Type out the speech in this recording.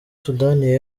sudani